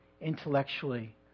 intellectually